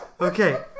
Okay